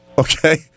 Okay